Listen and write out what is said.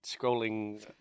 scrolling